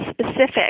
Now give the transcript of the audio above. specific